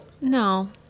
No